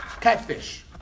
Catfish